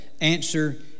answer